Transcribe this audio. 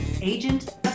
agent